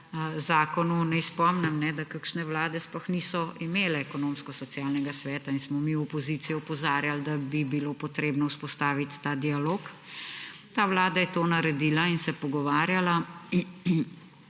zakonu. Naj spomnim, da kakšne vlade sploh niso imele Ekonomsko-socialnega sveta in smo mi v opoziciji opozarjali, da bi bilo treba vzpostaviti ta dialog. Ta vlada je to naredila in se pogovarjala,